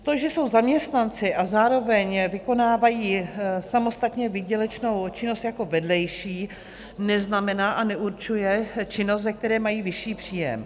To, že jsou zaměstnanci a zároveň vykonávají samostatnou výdělečnou činnost jako vedlejší, neznamená a neurčuje činnost, ze které mají vyšší příjem.